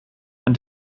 ein